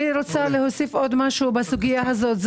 אני רוצה להוסיף עוד משהו בסוגיה הזאת.